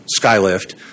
Skylift